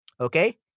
okay